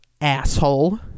asshole